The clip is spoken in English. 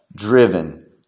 driven